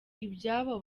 ibyabo